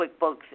QuickBooks